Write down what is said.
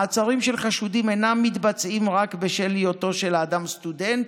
מעצרים של חשודים אינם מתבצעים רק בשל היותו של האדם סטודנט,